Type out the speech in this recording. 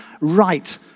right